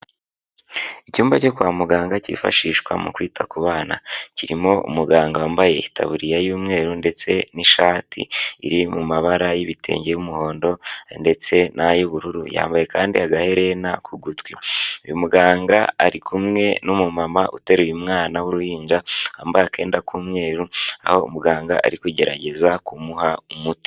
Icyumba cyo kwa muganga cyifashishwa mu kwita ku bana kirimo umuganga wambaye itabuririya y'umweru ndetse n'ishati iri mu mabara y'ibitenge by'umuhondo ndetse na y'ubururu, yambaye kandi agaherena ku gutwi, uyu muganga ari kumwe n'umumama uteruye umwana w'uruhinja yambaye akenda k'umweru aho umuganga ari kugerageza kumuha umuti.